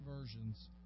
versions